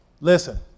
listen